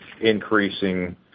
increasing